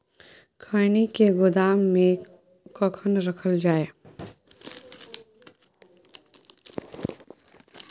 खैनी के गोदाम में कखन रखल जाय?